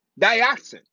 Dioxin